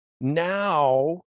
Now